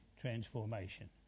transformation